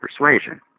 persuasion